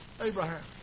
Abraham